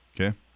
okay